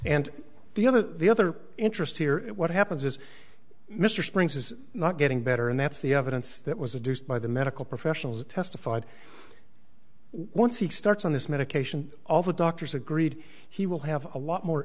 and the other the other interest here and what happens is mr springs is not getting better and that's the evidence that was a deuced by the medical professionals that testified once he starts on this medication all the doctors agreed he will have a lot more